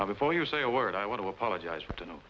oh before you say a word i want to apologize for